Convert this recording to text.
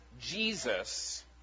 Jesus